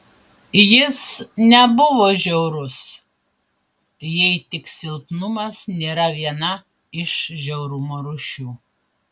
jis nebuvo žiaurus jei tik silpnumas nėra viena iš žiaurumo rūšių